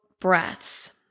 breaths